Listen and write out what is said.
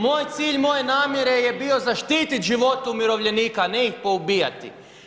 Moj cilj moje namjere je bio zaštiti živote umirovljenika, a ne ih poubijati.